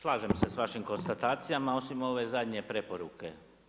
Slažem se s vašim konstatacijama osim ove zadnje preporuke.